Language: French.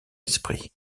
esprit